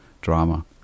drama